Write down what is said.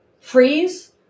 freeze